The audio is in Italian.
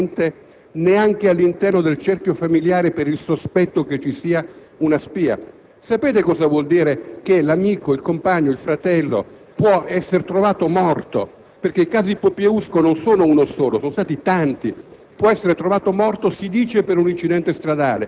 Sapete cosa vuol dire non poter parlare liberamente neanche all'interno della propria cerchia famigliare, per il sospetto che vi sia una spia? Sapete cosa vuol dire che l'amico, il compagno, il fratello possono essere trovati morti (perché i casi come quelli di don Popieluszkosono stati tanti)